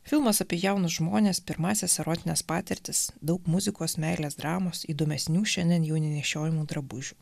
filmas apie jaunus žmones pirmąsias erotines patirtis daug muzikos meilės dramos įdomesnių šiandien jau nenešiojamų drabužių